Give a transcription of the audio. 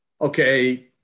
okay